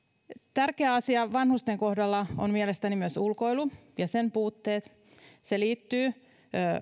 tärkeä asia vanhusten kohdalla on mielestäni myös ulkoilu ja sen puutteet se liittyy